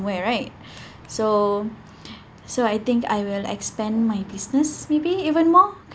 somewhere right so so I think I will expand my business maybe even more